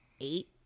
eight